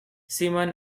simon